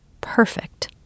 Perfect